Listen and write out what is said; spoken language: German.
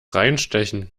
reinstechen